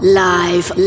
live